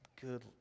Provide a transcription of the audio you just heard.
good